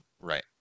right